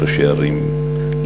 כראשי ערים,